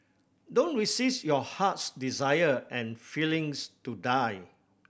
don't resist your heart's desire and feelings to die